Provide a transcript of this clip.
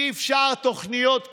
אי-אפשר תוכניות.